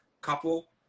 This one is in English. couple